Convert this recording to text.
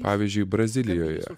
pavyzdžiui brazilijoje